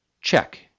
Check